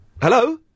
hello